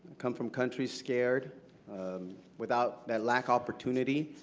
come from countries scared without that lack opportunity.